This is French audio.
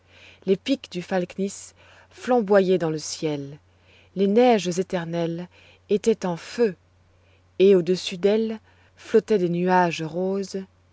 les pics du falkniss flamboyaient dans le ciel les neiges éternelles étaient en feu et au-dessus d'elles flottaient des nuages roses